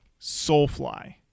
Soulfly